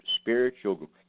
spiritual